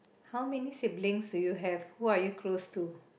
how many siblings do you have who are you close to